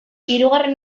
hirugarren